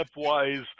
stepwise